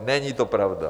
Není to pravda.